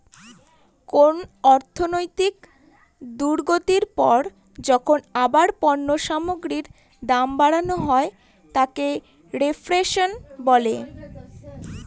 কোন অর্থনৈতিক দুর্গতির পর যখন আবার পণ্য সামগ্রীর দাম বাড়ানো হয় তাকে রেফ্ল্যাশন বলে